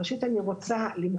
דבר ראשון, אני רוצה למחות,